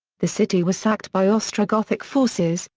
the city was sacked by ostrogothic forces,